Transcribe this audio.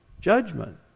judgment